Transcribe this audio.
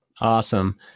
Awesome